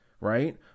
right